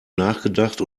nachgedacht